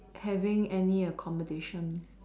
having any accommodation